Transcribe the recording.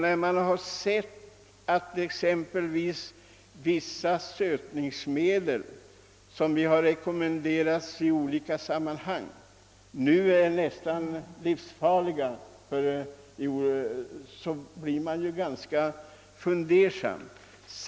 Vi har även sett att exempelvis vissa sötningsmedel, som tidigare rekommenderats, nu betecknas som livsfarliga. Då blir man ganska fundersam.